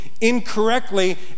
incorrectly